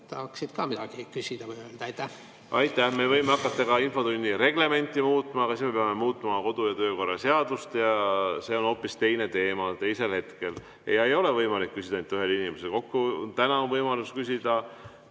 tahaksid ka midagi küsida või öelda. Aitäh! Me võime hakata ka infotunni reglementi muutma, aga siis me peame muutma oma kodu‑ ja töökorra seadust ja see on hoopis teine teema teisel hetkel. Ja ei ole võimalik küsida ainult ühel inimesel. Täna on võimalus küsida,